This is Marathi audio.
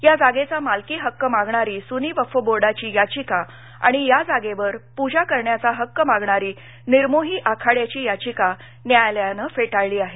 या जागेचा मालकी हक्क मागणारी सून्नी वक्फ बोर्डाची याधिका आणि या जागेवर पूजा करण्याचा हक्क मागणारी निर्मोही आखाड्याची याचिकाही न्यायालयानं फेटाळली आहे